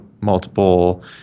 multiple